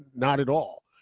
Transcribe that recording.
not at all.